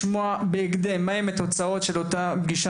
ומצפה לשמוע בהקדם את תוצאותיו של המפגש.